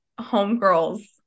Homegirl's